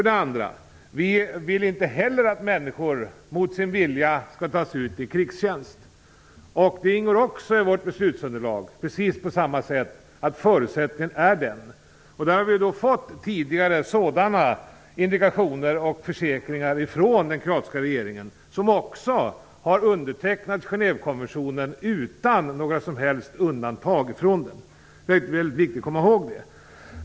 Vi vill inte heller att människor mot sin vilja skall tas ut i krigstjänst. Det ingår också i vårt beslutsunderlag. Det är en förutsättning. Tidigare har vi fått sådana indikationer och försäkringar från den kroatiska regeringen, som också har undertecknat Genèvekonventionen utan några som helst undantag. Det är mycket viktigt att komma ihåg det.